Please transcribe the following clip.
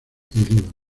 líbano